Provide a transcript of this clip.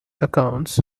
accounts